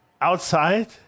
outside